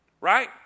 right